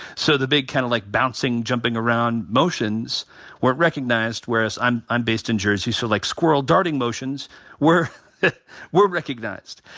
so the big kind of like bouncing, jumping around motions weren't recognized whereas i'm i'm based in jersey so like squirrel darting motions were were recognized.